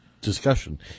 discussion